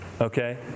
okay